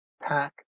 pack